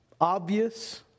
obvious